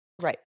right